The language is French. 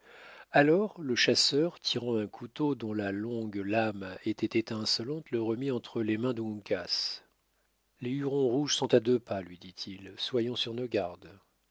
alors le chasseur tirant un couteau dont la longue lame était étincelante le remit entre les mains d'un c les hurons rouges sont à deux pas lui dit-il soyons sur nos gardes